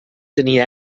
tenir